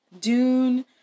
Dune